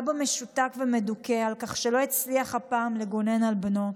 אבא משותק ומדוכא על כך שלא הצליח הפעם לגונן על בנו.